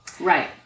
Right